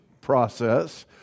process